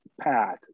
path